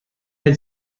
had